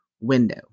window